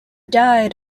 died